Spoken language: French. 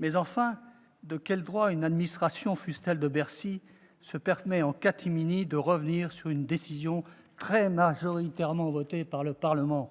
Mais enfin, de quel droit une administration, fût-elle de Bercy, se permet-elle en catimini de revenir sur une décision très majoritaire du Parlement ?